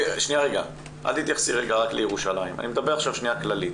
אל תתייחסי עכשיו רק לירושלים, אני מדבר כללית.